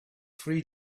three